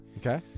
okay